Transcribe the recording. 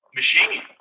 machine